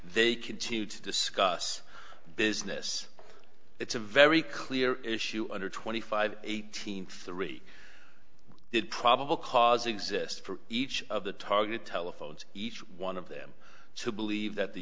they continue to discuss business it's a very clear issue under twenty five eighteen three did probable cause exist for each of the target telephones each one of them to believe that the